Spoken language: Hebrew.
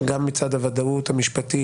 גם מצד הוודאות המשפטית,